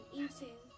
eating